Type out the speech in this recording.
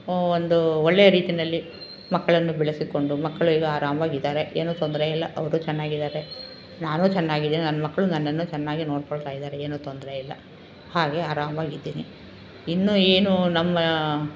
ಒಂದು ಒಳ್ಳೆಯ ರೀತಿಯಲ್ಲಿ ಮಕ್ಕಳನ್ನು ಬೆಳೆಸಿಕೊಂಡು ಮಕ್ಕಳೀಗ ಆರಾಮವಾಗಿದಾರೆ ಏನೂ ತೊಂದರೆಯಿಲ್ಲ ಅವರೂ ಚೆನ್ನಾಗಿದಾರೆ ನಾನೂ ಚೆನ್ನಾಗಿದಿನಿ ನನ್ನ ಮಕ್ಳು ನನ್ನನ್ನೂ ಚೆನ್ನಾಗಿ ನೋಡ್ಕೊಳ್ತಾ ಇದ್ದಾರೆ ಏನೂ ತೊಂದರೆಯಿಲ್ಲ ಹಾಗೆ ಆರಾಮ್ವಾಗಿದ್ದೀನಿ ಇನ್ನೂ ಏನೂ ನಮ್ಮ